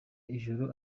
ijoro